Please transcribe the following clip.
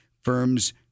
firms